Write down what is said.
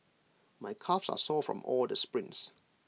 my calves are sore from all the sprints